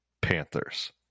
Panthers